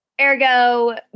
Ergo